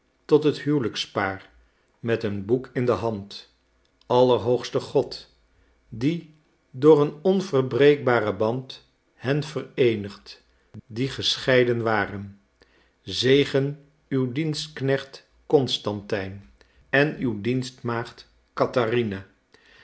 tot het huwelijkspaar met een boek in de hand allerhoogste god die door een onverbreekbaren band hen vereenigt die gescheiden waren zegen uw dienstknecht constantijn en uw dienstmaagd catharina